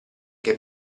che